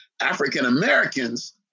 African-Americans